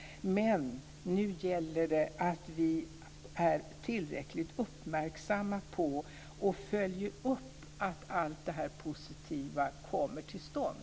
Men nu gäller det att vi är tillräckligt uppmärksamma på och följer upp att allt det här positiva kommer till stånd.